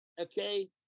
Okay